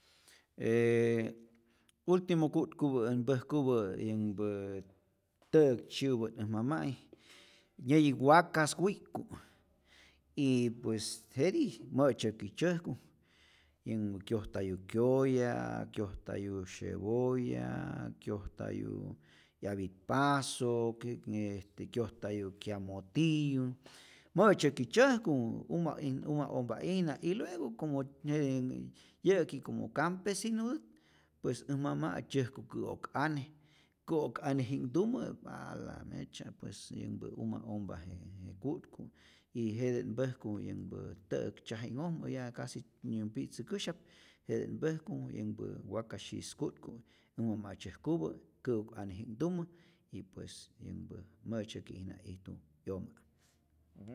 Eee ultimo ku'tkupä mpäjkupä yänhpä tä'ak tzyi'upä't äj mama'i nyäyi wakas wi'k'ku', y pues jetij mä'tzyäki tzyäjku, yänhpä kyojtayu kyoya'aa, kyojtayu syepoy, kyojtayu 'yapit psok y este, kyojtayu kyamotiyu, mä'tzyäki tzyäjku, uma in uma ompa'ijna y luego como jetenn- yä'ki como campesinutät, pues äj mama'i tzyäjku kä'ok'ane, kä'ok'aneji'nhtumä pp l mech pues yänhpä uma ompa je je ku'tku', y jete't mpäjku yänhpä tä'äk tzyaji'nhojmä ya casi nä pi'tzäkäsyap, jete't mpäjku yänhpä wakajs syis ku'tku, mama' tzyäjkupä kä'ok'aneji'nhtumä y pues yänhpä mä'tzyäki'ijna ijtu 'yomkä.